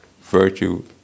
virtue